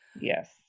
Yes